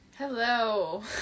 Hello